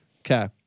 Okay